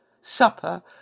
supper